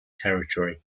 territory